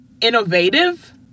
innovative